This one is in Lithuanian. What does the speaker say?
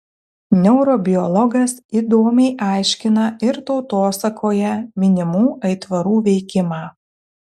neurobiologas įdomiai aiškina ir tautosakoje minimų aitvarų veikimą